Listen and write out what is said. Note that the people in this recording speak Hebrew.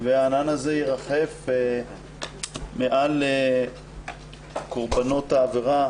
והענן הזה ירחף מעל קורבנות העבירה